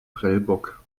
prellbock